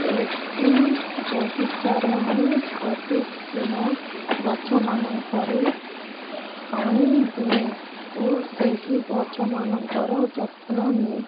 ଏହି ବଗିଚାର ମୁଁ ପ୍ରତିଦିନ ଗଛମାନଙ୍କରେ ପାଣି ଦିଏ ଓ ସେହି ଗଛମାନଙ୍କର ଯତ୍ନ ନିଏ